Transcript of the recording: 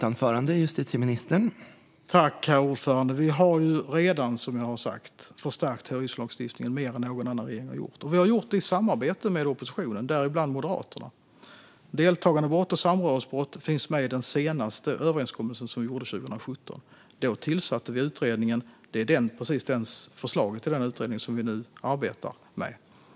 Herr talman! Vi har redan, som jag har sagt, förstärkt terroristlagstiftningen mer än någon annan regering har gjort. Och vi har gjort det i samarbete med oppositionen, däribland Moderaterna. Frågorna om deltagandebrott och samröresbrott finns med i den senaste överenskommelsen, som vi gjorde 2017. Då tillsatte vi utredningen, och det är förslaget från just denna utredning som vi nu arbetar med.